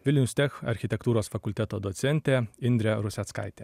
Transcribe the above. vilnius tech architektūros fakulteto docentė indrė ruseckaitė